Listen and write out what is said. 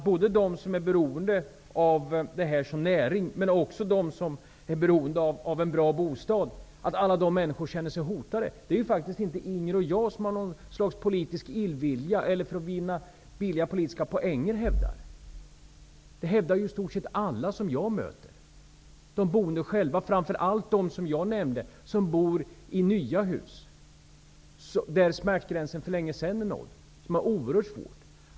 Både de som är beroende av bostadsmarknaden som näring och de som är beroende av en bra bostad känner sig hotade. Det är inte något som Inger Lundberg och jag hävdar av illvilja eller för att vinna politiska poäng. I stort sett alla som jag möter hävdar detta, framför allt de, som jag tidigare nämnde, som bor i nya hus där smärtgränsen är nådd för länge sedan.